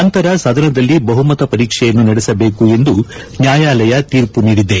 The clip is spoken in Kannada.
ನಂತರ ಸದನದಲ್ಲಿ ಬಹುಮತ ಪರೀಕ್ಷೆಯನ್ನು ನಡೆಸಬೇಕು ಎಂದು ನ್ಯಾಯಾಲಯ ತೀರ್ಪು ನೀಡಿದೆ